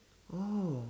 oh